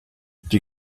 die